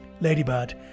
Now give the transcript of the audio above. Ladybird